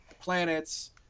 planets